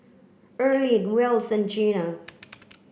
Erlene Wells and Gina